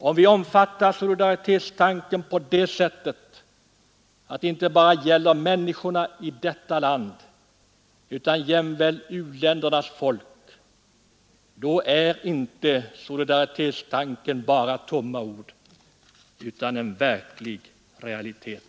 Om vi omfattar solidaritetstanken på det sättet att den inte bara gäller människorna i detta land utan jämväl u-ländernas folk, då är inte talet om solidaritet bara tomma ord utan en levande realitet.